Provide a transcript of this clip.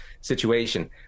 situation